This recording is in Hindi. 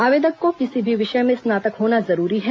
आवेदक को किसी भी विषय में स्नातक होना जरूरी है